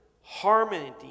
harmony